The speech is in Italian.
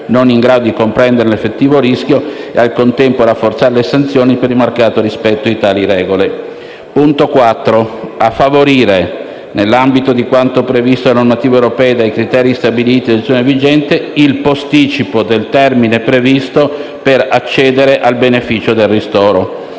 non in grado di comprenderne l'effettivo rischio, e al contempo a rafforzare le sanzioni per il mancato rispetto di tali regole; 4) a favorire, nell'ambito di quanto previsto dalle normative europee e dai criteri stabiliti dalla legislazione vigente, il posticipo del termine previsto per accedere al beneficio del ristoro;